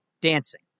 dancing